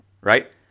right